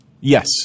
Yes